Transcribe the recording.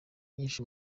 yishe